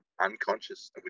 unconscious